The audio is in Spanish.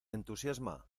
entusiasma